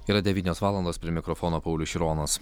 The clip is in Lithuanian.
yra devynios valandos prie mikrofono paulius šironas